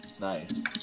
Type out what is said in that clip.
Nice